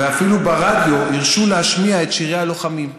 ואפילו ברדיו לא הרשו להשמיע את שירי הלוחמים.